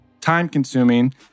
time-consuming